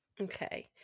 Okay